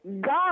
God